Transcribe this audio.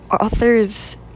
authors